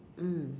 mm